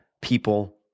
people